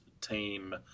team